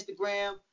Instagram